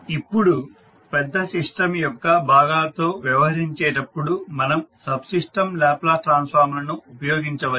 ఇప్పుడు పెద్ద సిస్టం యొక్క భాగాలతో వ్యవహరించేటప్పుడు మనం సబ్ సిస్టం లాప్లాస్ ట్రాన్స్ఫార్మ్ లను ఉపయోగించవచ్చు